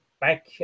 back